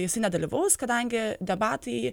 jisai nedalyvaus kadangi debatai